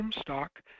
stock